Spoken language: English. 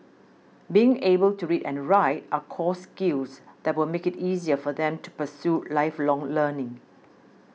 being able to read and write are core skills that will make it easier for them to pursue lifelong learning